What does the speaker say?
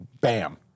Bam